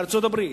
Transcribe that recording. בארצות-הברית,